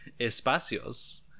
Espacios